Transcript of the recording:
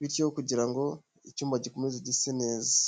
bityo kugira ngo icyumba gikomeze gise neza.